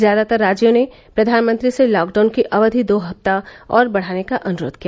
ज्यादातर राज्यों ने प्रधानमंत्री से लॉकडाउन की अवधि दो सप्ताह और बढ़ाने का अनुरोध किया